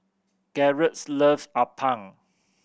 Garrett's loves appam